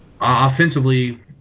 Offensively